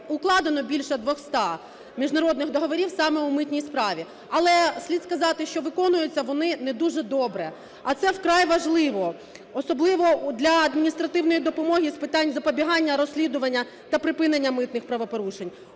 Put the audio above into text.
укладено більше 200 міжнародних договорів саме у митній справі. Але слід сказати, що виконуються вони не дуже добре, а це вкрай важливо, особливо для адміністративної допомоги з питань запобігання розслідування та припинення митних правопорушень,